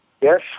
Yes